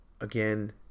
again